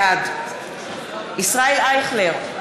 בעד ישראל אייכלר,